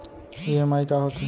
EMI का होथे?